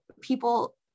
people